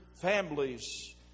families